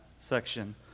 section